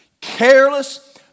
careless